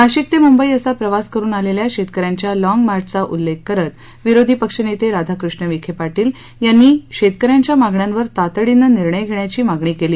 नाशिक ते मुंबई असा प्रवास करून आलेल्या शेतकऱ्यांच्या लाँग मार्चचा उल्लेख करत विरोधी पक्षनेते राधाकृष्ण विखे पाटील यांनी शेतकऱ्यांच्या मागण्यांवर तातडीने निर्णय घेण्याची मागणी केली